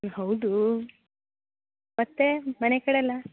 ಹೌದು ಮತ್ತೆ ಮನೆ ಕಡೆಯೆಲ್ಲ